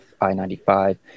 i-95